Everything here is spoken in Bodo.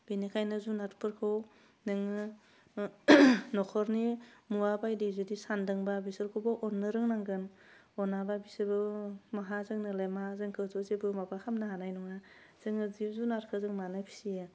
बेनिखायनो जुनादफोरखौ नोङो ओह नख'रनि मुवा बायदि जुदि सानदोंबा बेसोरखौबो अन्नो रोंनांगोन अनाबा बिसोरबो माहा जोंनोलाय मा जोंखौथ' जेबो माबा खालामनो हानाय नङा जोङो जिब जुनारखौ मानो जों फियो